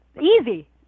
Easy